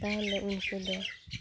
ᱛᱟᱦᱚᱞᱮ ᱩᱱᱠᱩᱫᱚ